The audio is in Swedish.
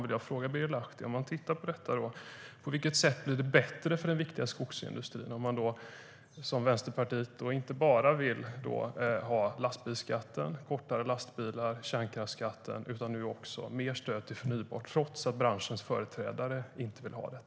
Därför vill jag ställa en fråga till Birger Lahti: På vilket sätt blir det bättre för den viktiga skogsindustrin om man som Vänsterpartiet inte bara vill ha lastbilsskatt, kortare lastbilar, kärnkraftsskatt utan nu också mer stöd till förnybart, trots att branschens företrädare inte vill ha det?